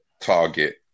target